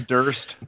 Durst